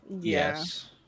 Yes